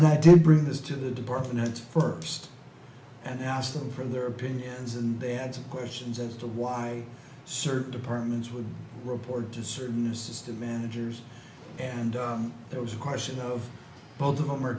and i did bring this to the department first and ask them for their opinions and they had some questions as to why certain departments were reported to certain assistant managers and there was a question of both of them are